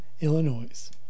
Illinois